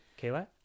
Kayla